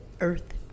earth